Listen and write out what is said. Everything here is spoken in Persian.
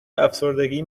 افسردگی